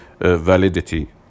validity